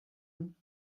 when